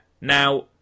Now